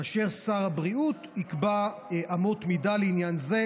כאשר שר הבריאות יקבע אמות מידה לעניין זה,